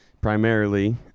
primarily